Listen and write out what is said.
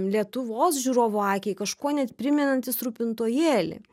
lietuvos žiūrovų akiai kažkuo net primenantis rūpintojėlį